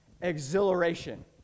exhilaration